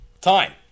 Time